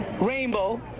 rainbow